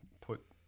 put